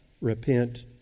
repent